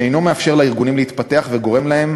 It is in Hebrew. שאינו מאפשר לארגונים להתפתח וגורם להם